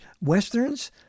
westerns